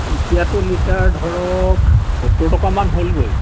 এতিয়াটো লিটাৰ ধৰক সত্তৰ টকামান হ'লগৈ